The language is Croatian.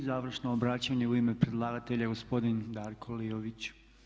I završno obraćanje u ime predlagatelja je gospodin Darko Liović.